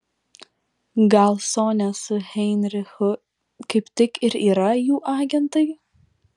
gal sonia su heinrichu kaip tik ir yra jų agentai